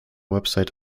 website